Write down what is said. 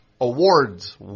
awards